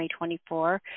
2024